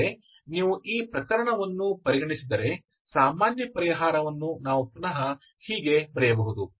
ಅಂದರೆ ನೀವು ಈ ಪ್ರಕರಣವನ್ನು ಪರಿಗಣಿಸಿದರೆ ಸಾಮಾನ್ಯ ಪರಿಹಾರವನ್ನು ನಾವು ಪುನಃ ಹೀಗೆ ಬರೆಯಬಹುದು